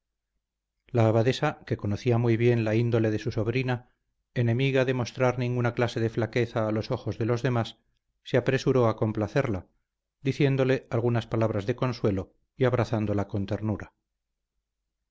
la abadesa que conocía muy bien la índole de su sobrina enemiga de mostrar ninguna clase de flaqueza a los ojos de los demás se apresuró a complacerla diciéndole algunas palabras de consuelo y abrazándola con ternura